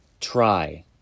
Try